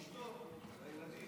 אשתו, הילדים.